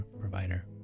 provider